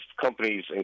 companies